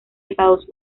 estados